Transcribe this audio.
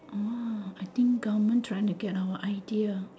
ah I think government trying to get our idea